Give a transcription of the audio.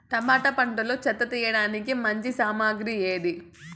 Tomato పంటలో చెత్త తీయడానికి మంచి సామగ్రి ఏది?